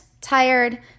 Tired